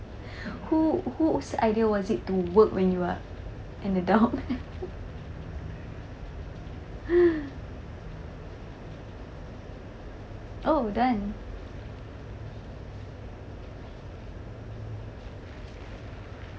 who who was idea was it to work when you're an adult oh then